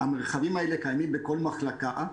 המרחבים האלה קיימים בכל מחלקה,